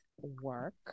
work